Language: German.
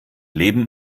leben